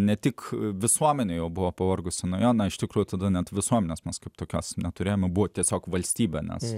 ne tik visuomenė jau buvo pavargusi nuo jo iš tikrųjų tada net visuomenės mes kaip tokios neturėjome buvo tiesiog valstybė nes